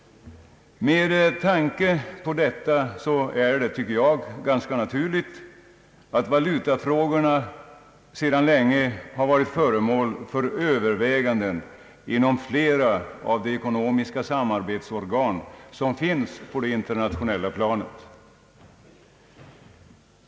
Med tanke på detta är det, tycker jag, ganska naturligt att valutafrågorna sedan länge har varit föremål för överväganden inom flera av de ekonomiska samarbetsorgan som finns på det internationella planet.